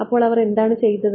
അപ്പോൾ അവർ എന്താണ് ചെയ്തത്